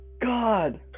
God